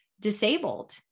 disabled